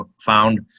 found